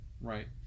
Right